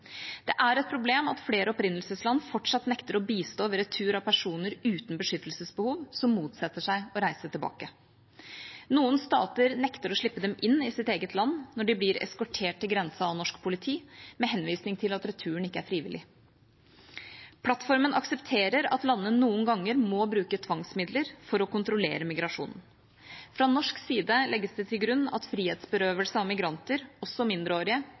Det er et problem at flere opprinnelsesland fortsatt nekter å bistå ved retur av personer uten beskyttelsesbehov som motsetter seg å reise tilbake. Noen stater nekter å slippe dem inn i sitt eget land når de blir eskortert til grensen av norsk politi, med henvisning til at returen ikke er frivillig. Plattformen aksepterer at landene noen ganger må bruke tvangsmidler for å kontrollere migrasjonen. Fra norsk side legges det til grunn at frihetsberøvelse for migranter, også mindreårige,